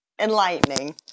enlightening